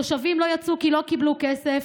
תושבים לא יצאו כי לא קיבלו כסף.